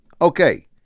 Okay